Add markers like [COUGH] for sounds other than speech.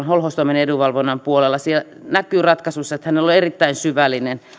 [UNINTELLIGIBLE] holhoustoimen ja edunvalvonnan puolella siellä näkyy ratkaisuissa että hänellä on erittäin syvällinen